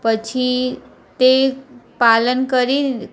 પછી તે પાલન કરી